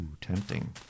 tempting